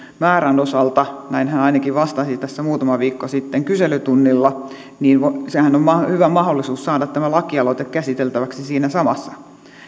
määrän osalta näin hän ainakin vastasi tässä muutama viikko sitten kyselytunnilla niin sehän on hyvä mahdollisuus saada tämä lakialoite käsiteltäväksi siinä samassa